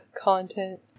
content